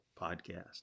podcast